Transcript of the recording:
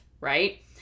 Right